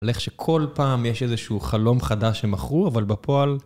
על איך שכל פעם יש איזשהו חלום חדש שמכרו, אבל בפועל...